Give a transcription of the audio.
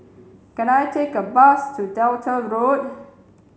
can I take a bus to Delta Road